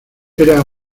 era